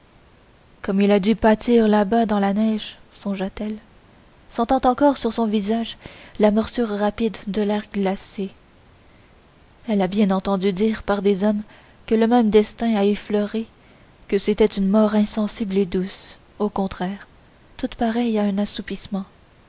comme il a dû pâtir là-bas dans la neige songe t elle sentant encore sur son visage la morsure rapide de l'air glacé elle a bien entendu dire par des hommes que le même destin a effleurés que c'était une mort insensible et douce au contraire toute pareille à un assoupissement